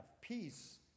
peace